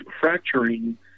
fracturing